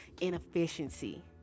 inefficiency